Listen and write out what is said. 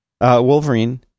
Wolverine